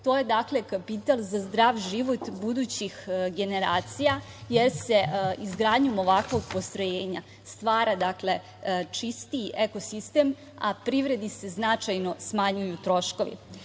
To je kapital za zdrav život budućih generacija jer se izgradnjom ovakvog postrojenja stvara čistiji ekosistem, a privredi se značajno smanjuju troškovi. Da